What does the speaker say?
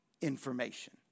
information